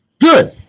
Good